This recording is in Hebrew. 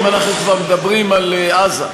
אם אנחנו כבר מדברים על עזה.